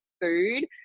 food